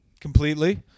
Completely